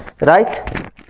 right